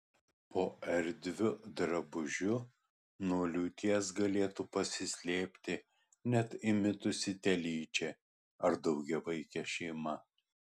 po erdviu drabužiu nuo liūties galėtų pasislėpti net įmitusi telyčia ar daugiavaikė šeima